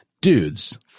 Dudes